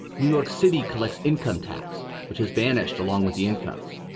new york city collects income tax, which has vanished along with the incomes.